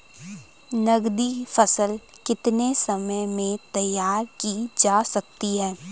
नगदी फसल कितने समय में तैयार की जा सकती है?